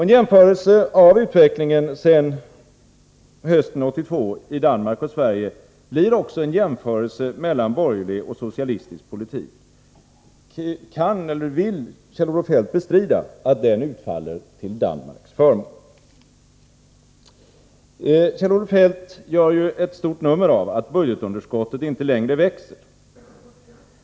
En jämförelse av utvecklingen sedan hösten 1982 i Danmark och i Sverige blir också en jämförelse mellan borgerlig och socialistisk politik. Kan eller vill Kjell-Olof Feldt bestrida att den utfaller till Danmarks förmån? Kjell-Olof Feldt gör ett stort nummer av att budgetunderskottet inte längre växer.